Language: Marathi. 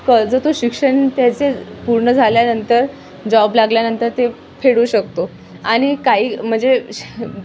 कर्ज तो शिक्षण त्याचे पूर्ण झाल्यानंतर जॉब लागल्यानंतर ते फेडू शकतो आणि काही म्हणजे श